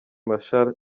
marchal